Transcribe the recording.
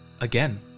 Again